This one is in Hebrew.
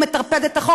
הוא מטרפד לי את החוק,